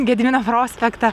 gedimino prospektą